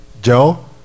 Joe